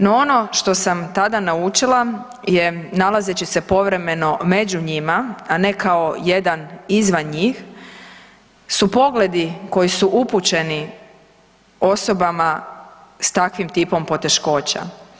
No ono što sam tada naučila je nalazeći se povremeno među njima, a ne kao jedan izvan njih su pogledi koji su upućeni osobama s takvim tipom poteškoća.